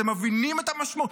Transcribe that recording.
אתם מבינים את המשמעות.